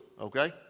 Okay